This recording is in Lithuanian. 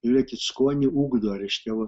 žiūrėkit skonį ugdo reiškia va